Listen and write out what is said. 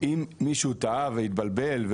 אם מישהו טעה והתבלבל,